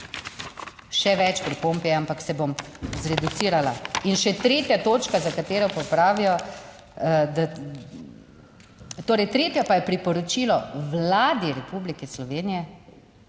Še več pripomb je, ampak se bom zreducirala. In še 3. točka, za katero pa pravijo, da torej 3. pa je priporočilo Vladi Republike Slovenije,